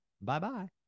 Bye-bye